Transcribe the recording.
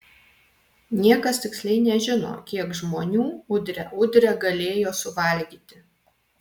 niekas tiksliai nežino kiek žmonių udre udre galėjo suvalgyti